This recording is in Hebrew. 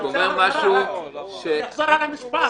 שרק יחזור על המשפט.